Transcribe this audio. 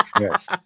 Yes